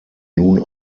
nun